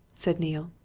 said neale.